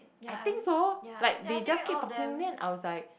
I think so like they just keep talking then I was like